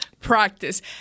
practice